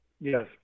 Yes